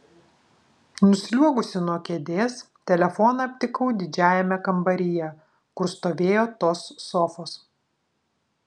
nusliuogusi nuo kėdės telefoną aptikau didžiajame kambaryje kur stovėjo tos sofos